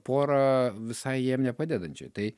porą visai jiem nepadedančiai tai